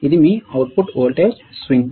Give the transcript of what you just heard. ఇది మీ output voltage swing